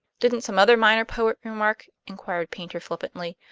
didn't some other minor poet remark, inquired paynter flippantly,